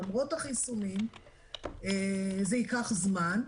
למרות החיסונים זה ייקח זמן,